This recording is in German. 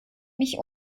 mich